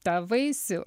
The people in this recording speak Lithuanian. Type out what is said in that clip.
tą vaisių